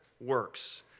works